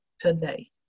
today